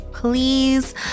Please